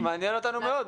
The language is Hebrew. מעניין אותנו מאוד.